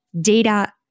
data